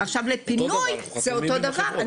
לגבי פינוי זה אותו דבר,